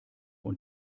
und